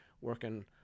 working